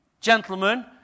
gentlemen